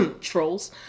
trolls